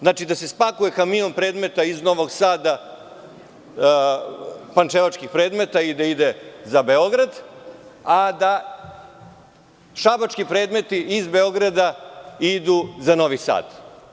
Znači, da se spakuje kamion predmeta iz Novog Sada, pančevačkih predmeta i da ide za Beograd, a da šabački predmeti iz Beograda idu za Novi Sad.